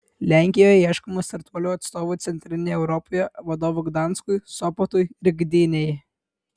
lenkijoje ieškoma startuolio atstovų centrinėje europoje vadovų gdanskui sopotui ir gdynei